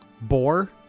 boar